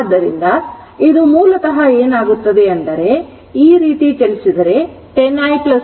ಆದ್ದರಿಂದ ಇದು ಮೂಲತಃ ಏನಾಗುತ್ತದೆ ಅಂದರೆ ಈ ರೀತಿ ಚಲಿಸಿದರೆ 10 i v 0 ಆಗುತ್ತದೆ